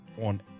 on